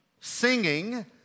singing